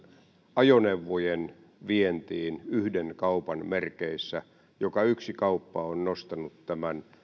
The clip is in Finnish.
ajoneuvojen vientiin yhden kaupan merkeissä joka yksi kauppa on nostanut